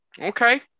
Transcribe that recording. Okay